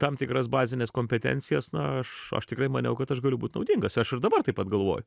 tam tikras bazines kompetencijas na aš aš tikrai maniau kad aš galiu būt naudingas aš ir dabar taip pat galvoju